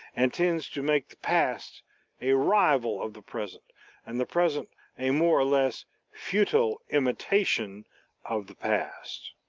and tends to make the past a rival of the present and the present a more or less futile imitation of the past.